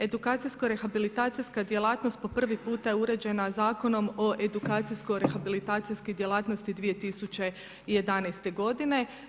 Edukacijsko rehabilitacijska djelatnost po prvi puta je uređena Zakonom o edukacijsko rehabilitacijskoj djelatnosti 2011. godine.